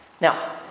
Now